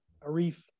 Arif